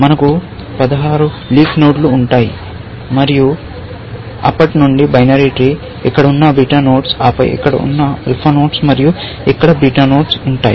మనకు 16 లీఫ్ నోడ్లు ఉంటాయి మరియు అప్పటి నుండి బైనరీ ట్రీ ఇక్కడ ఉన్న బీటా నోడ్స్ ఆపై ఇక్కడ ఉన్న ఆల్ఫా నోడ్స్ మరియు ఇక్కడ బీటా నోడ్స్ ఉంటాయి